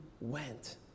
went